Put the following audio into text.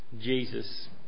Jesus